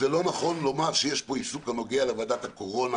זה לא נכון לומר שיש פה עיסוק הנוגע לוועדת הקורונה